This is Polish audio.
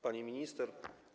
Pani Minister!